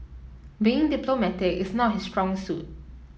being diplomatic is not his strong suit